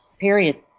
period